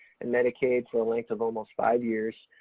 and medicaid for a length of almost five years.